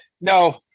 no